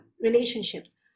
relationships